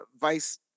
vice